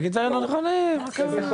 שיגיד דברים לא נכונים, מה קרה?